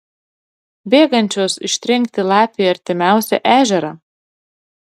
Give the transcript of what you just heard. bėgančios ištrenkti lapę į artimiausią ežerą